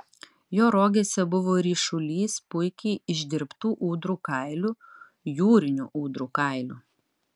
jo rogėse buvo ryšulys puikiai išdirbtų ūdrų kailių jūrinių ūdrų kailių